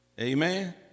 Amen